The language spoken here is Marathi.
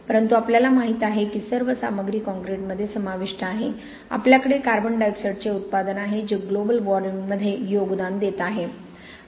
परंतु आपल्याला माहित आहे की सर्व सामग्री कॉंक्रिटमध्ये समाविष्ट आहे आपल्याकडे CO2 चे उत्पादन आहे जे ग्लोबल वॉर्मिंगमध्ये योगदान देत आहे